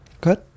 Good